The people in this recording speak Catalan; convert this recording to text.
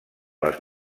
les